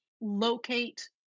locate